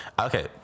okay